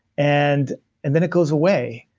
and and then it goes away,